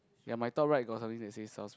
ya my top right got something that says source